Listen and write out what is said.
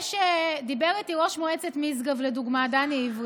דיבר איתי ראש מועצת משגב דני עברי,